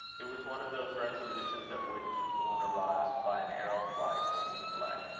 it was one of those resolutions at which one arrives by an arrow flight of the intellect.